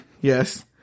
Yes